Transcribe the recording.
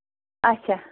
اچھا